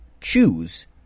choose